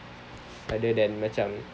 rather than macam